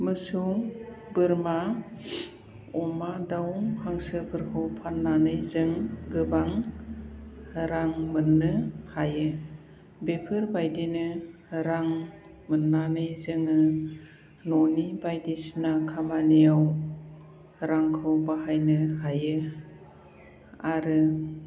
मोसौ बोरमा अमा दाउ हांसोफोरखौ फाननानै जों गोबां रां मोननो हायो बेफोरबायदिनो रां मोननानै जोङो न'नि बायदिसिना खामानियाव रांखौ बाहायनो हायो आरो